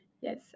Yes